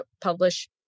publish